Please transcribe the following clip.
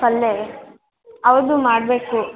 ಪಲ್ಯ ಹೌದು ಮಾಡಬೇಕು